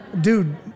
Dude